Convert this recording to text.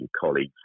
colleagues